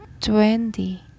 twenty